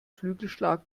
flügelschlag